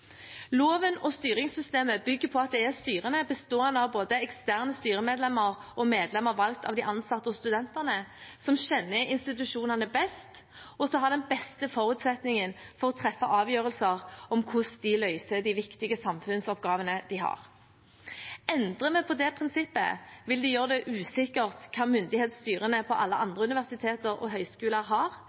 Loven og styringssystemet bygger på at det er styrene, bestående av både eksterne styremedlemmer og medlemmer valgt av de ansatte og studentene, som kjenner institusjonene best, og som har den beste forutsetningen for å treffe avgjørelser om hvordan de løser de viktige samfunnsoppgavene de har. Endrer vi på det prinsippet, vil det gjøre det usikkert hvilken myndighet styrene på alle andre universiteter og høyskoler har.